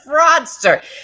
fraudster